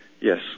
Yes